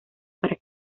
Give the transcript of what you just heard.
para